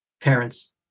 parents